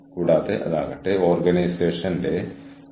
കൂടാതെ ആരാണ് ചെലവ് ഏറ്റെടുക്കുന്നത്